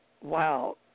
wow